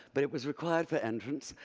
but in was required for entrance,